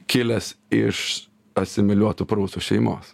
kilęs iš asimiliuotų prūsų šeimos